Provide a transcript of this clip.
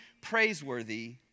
praiseworthy